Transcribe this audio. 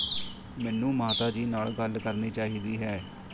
ਮੈਨੂੰ ਮਾਤਾ ਜੀ ਨਾਲ਼ ਗੱਲ ਕਰਨੀ ਚਾਹੀਦੀ ਹੈ